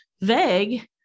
vague